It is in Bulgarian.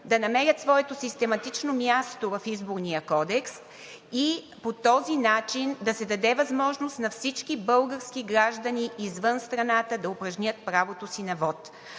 да намерят своето систематично място в Изборния кодекс и по този начин да се даде възможност на всички български граждани извън страната да упражнят правото си на вот.